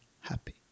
happy